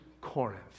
Corinth